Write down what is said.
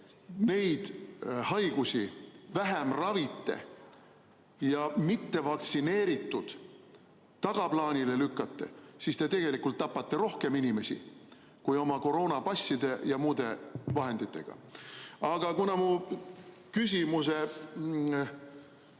neid haigusi vähem ravite ja mittevaktsineeritud tagaplaanile lükkate, siis te tegelikult tapate rohkem inimesi kui oma koroonapasside ja muude vahenditega. Aga kuna mu küsimuse